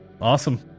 Awesome